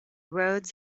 roads